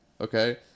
Okay